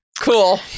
Cool